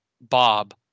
Bob